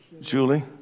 Julie